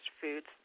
foods